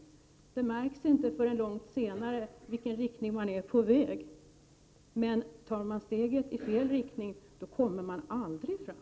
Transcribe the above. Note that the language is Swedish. Men det märks inte förrän långt senare i vilken riktning man är på väg. Går man i fel riktning, kommer man aldrig fram.